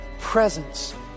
presence